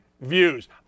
views